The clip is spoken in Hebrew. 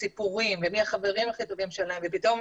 הסיפורים ומי החברים הכי טובים שלהם ופתאום